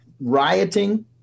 rioting